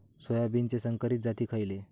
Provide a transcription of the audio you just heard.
सोयाबीनचे संकरित जाती खयले?